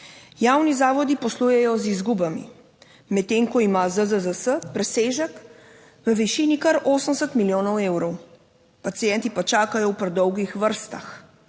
Javni zavodi poslujejo z izgubami, medtem, ko ima ZZZS presežek v višini kar 80 milijonov evrov, pacienti pa čakajo v predolgih vrstah,